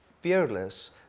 fearless